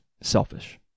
selfish